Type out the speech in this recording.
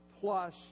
plus